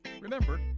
Remember